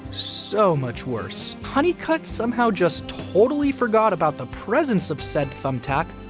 so much worse. honeycutt somehow just totally forgot about the presence of said thumbtack,